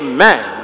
Amen